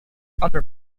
other